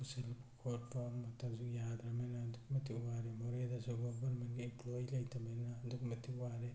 ꯄꯨꯁꯤꯜꯂꯛꯄ ꯈꯣꯠꯄ ꯑꯃꯇꯁꯨ ꯌꯥꯗ꯭ꯔꯕꯅꯤꯅ ꯑꯗꯨꯛꯀꯤ ꯃꯇꯤꯛ ꯋꯥꯔꯦ ꯃꯣꯔꯦꯗꯁꯨ ꯒꯣꯕꯔꯃꯦꯟꯒꯤ ꯑꯦꯝꯄ꯭ꯂꯣꯏ ꯂꯩꯇꯕꯅꯤꯅ ꯑꯗꯨꯛꯀꯤ ꯃꯇꯤꯛ ꯋꯥꯔꯦ